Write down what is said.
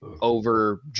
over